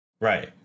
Right